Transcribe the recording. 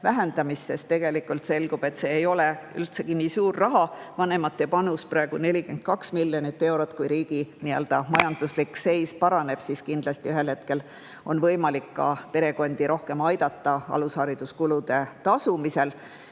vähendamist, sest tegelikult selgub, et see ei ole üldsegi nii suur raha. Vanemate panus on praegu 42 miljonit eurot. Kui riigi majanduslik seis paraneb, siis kindlasti ühel hetkel on võimalik ka perekondi rohkem aidata alushariduskulude tasumisel.